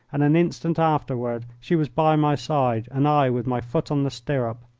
and an instant afterward she was by my side and i with my foot on the stirrup.